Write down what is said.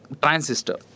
transistor